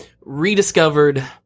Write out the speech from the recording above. rediscovered